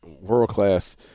world-class